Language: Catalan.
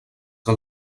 que